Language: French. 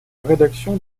rédaction